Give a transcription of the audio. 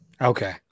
Okay